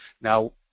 Now